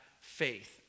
faith